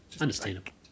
Understandable